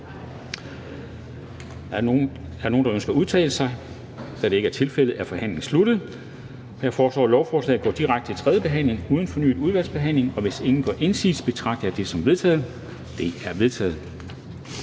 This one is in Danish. nr. 34-38, tiltrådt af udvalget? De er vedtaget. Jeg foreslår, at lovforslaget går direkte til tredje behandling uden fornyet udvalgsbehandling. Hvis ingen gør indsigelse, betragter jeg det som vedtaget. Det er vedtaget.